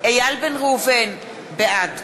איל בן ראובן, בעד